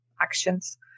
Actions